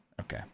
Okay